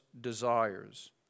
desires